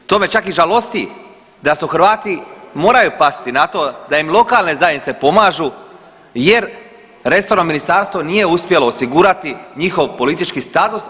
To me čak i žalosti da su Hrvati moraju pasti na to da im lokalne zajednice pomažu jer resorno ministarstvo nije uspjelo osigurati njihov politički status.